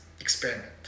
experiment